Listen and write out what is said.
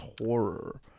horror